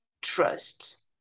trust